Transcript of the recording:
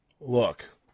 Look